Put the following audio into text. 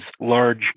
large